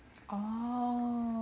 orh